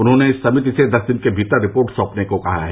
उन्होंने समिति से दस दिन के भीतर रिपोर्ट सौंपने को कहा है